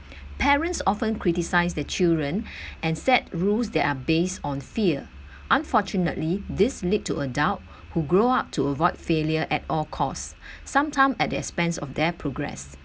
parents often criticized their children and set rules that are based on fear unfortunately this lead to adult who grow up to avoid failure at all costs sometime at the expense of their progress